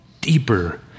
deeper